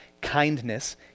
kindness